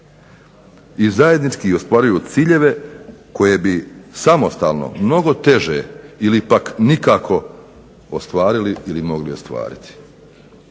i zajednički ostvaruju ciljeve koje bi samostalno mnogo teže ili pak nikako ostvarili ili mogli ostvariti".